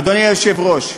אדוני היושב-ראש,